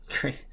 great